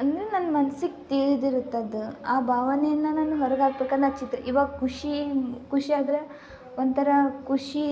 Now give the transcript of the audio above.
ಅಂದರೆ ನನ್ನ ಮನ್ಸಿಗೆ ತಿಳ್ದಿರ್ತೆ ಅದು ಆ ಭಾವನೇನ ನಾನು ಹೊರಗೆ ಹಾಕ್ಬೇಕಂದ್ರೆ ಆ ಚಿತ್ರ ಇವಾಗ ಖುಷಿ ಖುಷಿ ಆದರೆ ಒಂಥರ ಖುಷಿ